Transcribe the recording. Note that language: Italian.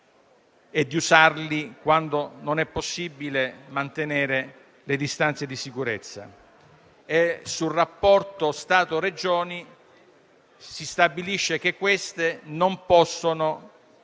e di usarli quando non è possibile mantenere le distanze di sicurezza. Sul rapporto Stato-Regioni si stabilisce che queste non possono